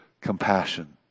compassion